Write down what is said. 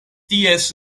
ties